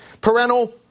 Parental